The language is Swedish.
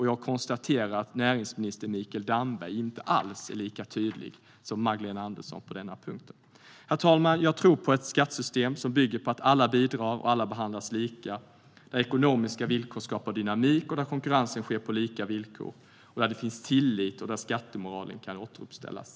Jag konstaterar att näringsminister Mikael Damberg inte alls är lika tydlig som Magdalena Andersson på den punkten. Herr talman! Jag tror på ett skattesystem som bygger på att alla bidrar och alla behandlas lika, där ekonomiska villkor skapar dynamik och konkurrensen sker på lika villkor, där det finns tillit och där skattemoralen kan återställas.